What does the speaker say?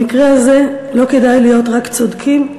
במקרה הזה לא כדאי להיות רק צודקים,